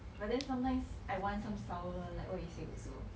then sometimes I want some sour like what you say also